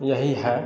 यही है